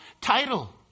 title